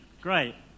Great